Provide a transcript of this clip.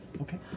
Okay